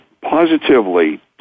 positively